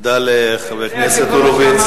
תודה לחבר הכנסת הורוביץ.